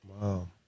Wow